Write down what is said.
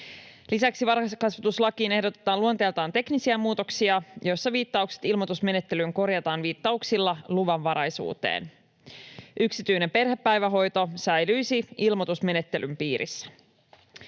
Lisäksi varhaiskasvatuslakiin ehdotetaan luonteeltaan teknisiä muutoksia, joissa viittaukset ilmoitusmenettelyyn korjataan viittauksilla luvanvaraisuuteen. Yksityinen perhepäivähoito säilyisi ilmoitusmenettelyn piirissä.